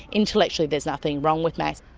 intellectually there's nothing wrong with max.